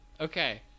okay